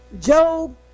Job